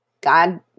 God